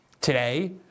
today